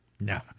No